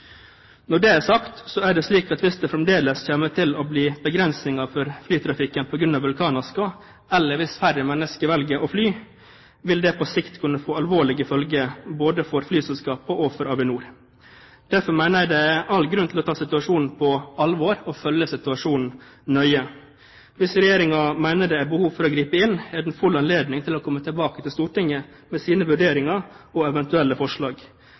Når det er sagt, vil jeg si at hvis det fremdeles kommer til å bli begrensninger for flytrafikken på grunn av vulkanasken eller hvis færre mennesker velger å fly, vil det på sikt få alvorlige følger, både for flyselskapene og for Avinor. Derfor mener jeg det er all grunn til å ta situasjonen på alvor og følge situasjonen nøye. Hvis Regjeringen mener det er behov for å gripe inn, er det full anledning til å komme tilbake til Stortinget med sine vurderinger og eventuelle forslag.